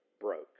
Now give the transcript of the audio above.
broke